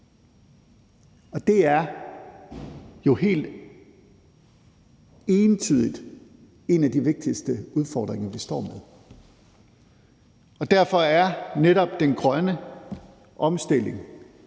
Det er jo helt entydigt en af de vigtigste udfordringer, vi står med. Derfor er den grønne omstilling